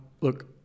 Look